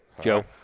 Joe